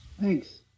Thanks